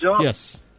Yes